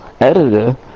editor